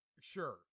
sure